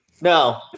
no